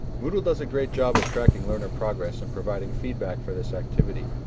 moodle does a great job of tracking learner progress and providing feedback for this activity.